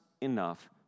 enough